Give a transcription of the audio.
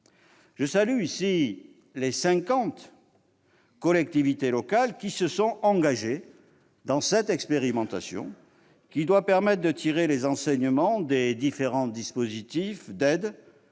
Je salue ici les cinquante collectivités locales qui se sont engagées dans cette expérimentation, laquelle doit permettre de tirer les enseignements des différents dispositifs d'aide,